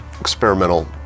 experimental